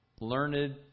Learned